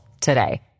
today